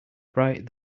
bright